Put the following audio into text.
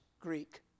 Greek